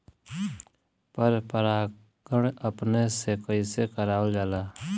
पर परागण अपने से कइसे करावल जाला?